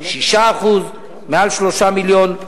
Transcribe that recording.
6%; מעל 3 מיליון,